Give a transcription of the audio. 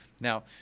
Now